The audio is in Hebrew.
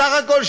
בסך הכול,